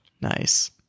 Nice